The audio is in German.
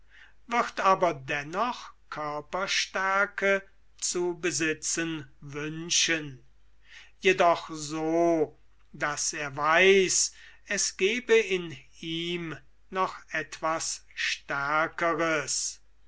wird aber dennoch körperstärke zu besitzen wünschen jedoch so daß er weiß es gebe in ihm noch etwas stärkeres